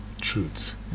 Truth